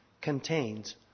contains